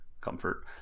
comfort